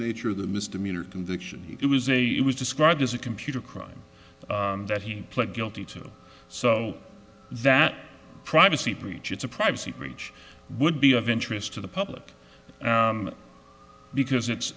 nature of the misdemeanor conviction it was a it was described as a computer crime that he pled guilty to so that privacy breach it's a privacy breach would be of interest to the public because it's